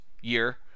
year